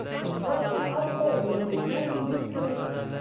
the church was upholding and defending these traditions,